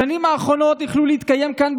בשנים האחרונות החלו להתקיים כאן,